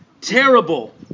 terrible